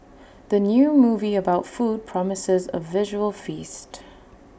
the new movie about food promises A visual feast